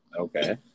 okay